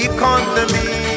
Economy